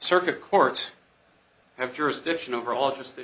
circuit courts have jurisdiction over all just